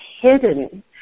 hidden